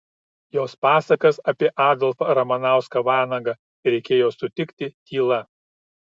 jos pasakas apie adolfą ramanauską vanagą reikėjo sutikti tyla